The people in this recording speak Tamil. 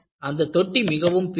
அந்த தொட்டி மிகவும் பெரியது